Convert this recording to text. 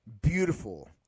beautiful